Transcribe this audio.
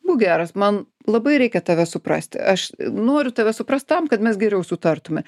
būk geras man labai reikia tave suprasti aš noriu tave suprast tam kad mes geriau sutartume